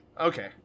Okay